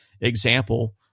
example